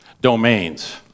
domains